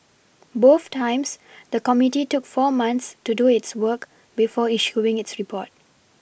both times the committee took four months to do its work before issuing its report